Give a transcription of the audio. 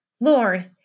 Lord